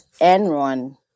Enron